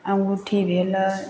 अंगूठी भेलै